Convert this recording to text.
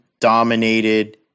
dominated